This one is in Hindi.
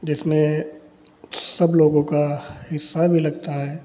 जिसमें सब लोगों का हिस्सा भी लगता है